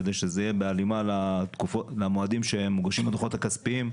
כדי שזה יהיה בהלימה למועדים שמוגשים בהם הדוחות הכספיים,